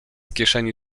kieszeni